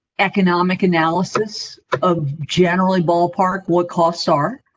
economic analysis of generally ballpark what costs are.